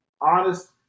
honest